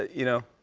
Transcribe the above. you know.